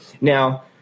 Now